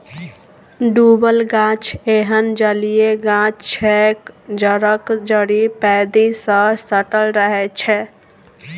डुबल गाछ एहन जलीय गाछ छै जकर जड़ि पैंदी सँ सटल रहै छै